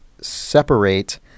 separate